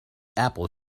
apple